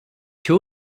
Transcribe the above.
two